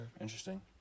Interesting